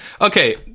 Okay